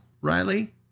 Riley